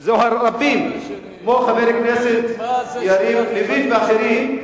זה רבים, כמו חבר הכנסת יריב לוין ואחרים.